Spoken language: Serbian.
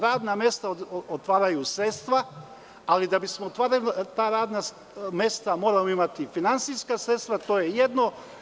Radna mesta otvaraju sredstva, ali da bismo otvorili ta radna mesta moramo imati finansijska sredstva, to jedno.